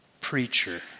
preacher